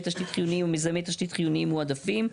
תשתית חיוניים ומיזמי תשתית חיוניים מועדפים.